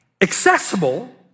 accessible